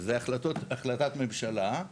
זה החלטות, החלטת ממשלה,